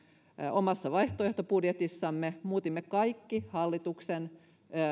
omassa vaihtoehtobudjetissamme muutimme kaikkia hallituksen